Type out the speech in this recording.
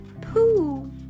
Pooh